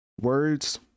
words